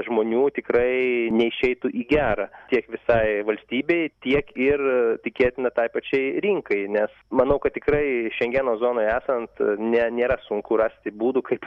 žmonių tikrai neišeitų į gerą tiek visai valstybei tiek ir tikėtina tai pačiai rinkai nes manau kad tikrai šengeno zonoj esant ne nėra sunku rasti būdų kaip